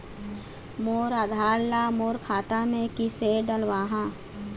मोर आधार ला मोर खाता मे किसे डलवाहा?